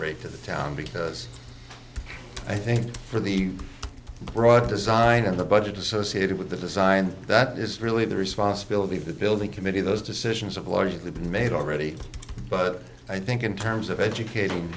to the town because i think for the broad design of the budget associated with the design that is really the responsibility of the building committee those decisions have largely been made already but i think in terms of educating